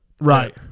Right